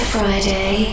Friday